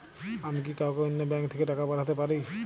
আমি কি কাউকে অন্য ব্যাংক থেকে টাকা পাঠাতে পারি?